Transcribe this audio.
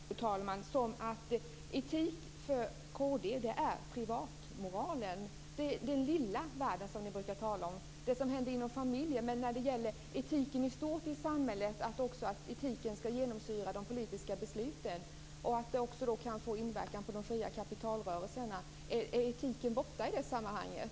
Fru talman! Jag tolkar svaret som att etik för kd är privatmoralen. Det är den lilla världen som ni brukar tala om, det som händer inom familjen. Men när det gäller etiken i stort i samhället och att etiken också skall genomsyra de politiska besluten och också kan få inverkan på de fria kapitalrörelserna verkar det som att etiken är borta i det sammanhanget.